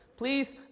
Please